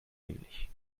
ähnlich